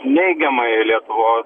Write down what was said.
neigiamai lietuvos